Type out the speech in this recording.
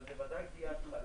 אבל בוודאי תהיה התחלה.